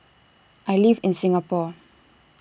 I live in Singapore